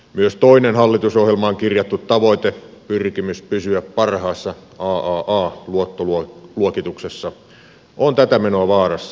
myös toinen hallitusohjelmaan kirjattu tavoite pyrkimys pysyä parhaassa aaa luottoluokituksessa on tätä menoa vaarassa